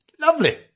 Lovely